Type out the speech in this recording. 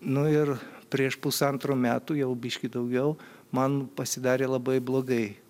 nu ir prieš pusantrų metų jau biškį daugiau man pasidarė labai blogai